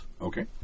Okay